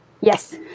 Yes